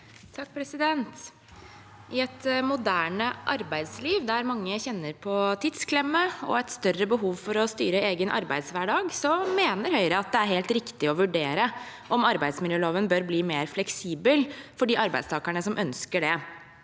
I et moderne ar- beidsliv, der mange kjenner på tidsklemme og et større behov for å styre egen arbeidshverdag, mener Høyre at det er helt riktig å vurdere om arbeidsmiljøloven bør bli mer fleksibel for de arbeidstakerne som ønsker det.